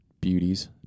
beauties